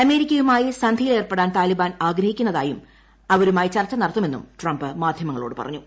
അമേരിക്കയുമായി സന്ധിയിൽ ഏർപ്പെടാൻ താലിബാൻ ആഗ്രഹിക്കുന്നതായും അവരുമായി ചർച്ച നടത്തുമെന്നും ട്രംപ് മാധ്യമങ്ങളോട് പറഞ്ഞു